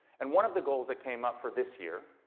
and one of the goals that came up for this year